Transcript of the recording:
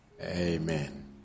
Amen